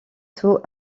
tôt